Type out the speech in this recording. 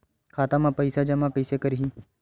खाता म पईसा जमा कइसे करही?